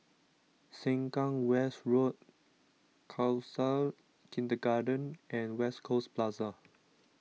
Sengkang West Road Khalsa Kindergarten and West Coast Plaza